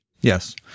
Yes